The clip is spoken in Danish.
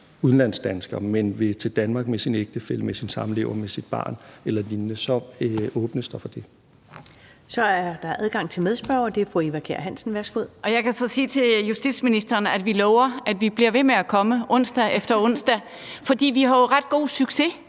udenlandsdansker, men vil til Danmark med sin ægtefælle, med sin samlever, med sit barn eller lignende, så åbnes der for det. Kl. 13:52 Første næstformand (Karen Ellemann): Så er der adgang til medspørgeren. Det er fru Eva Kjer Hansen. Værsgo. Kl. 13:52 Eva Kjer Hansen (V): Jeg kan så sige til justitsministeren, at vi lover, at vi bliver ved med at komme onsdag efter onsdag, for vi har jo ret god succes